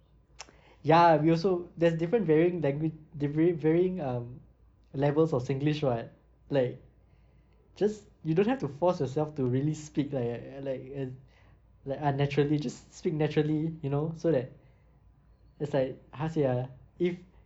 ya we also there's different varying langua~ varyi~ varying um levels of singlish [what] like just you don't have to force yourself to really speak like like uh like unnaturally just speak naturally you know so that it's like how to say ah if